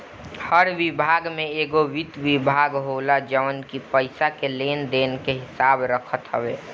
हर विभाग में एगो वित्त विभाग होला जवन की पईसा के लेन देन के हिसाब रखत हवे